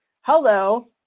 Hello